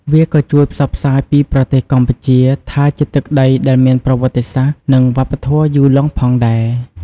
វាក៏ជួយផ្សព្វផ្សាយពីប្រទេសកម្ពុជាថាជាទឹកដីដែលមានប្រវត្តិសាស្ត្រ និងវប្បធម៌យូរលង់ផងដែរ។